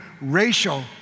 racial